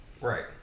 Right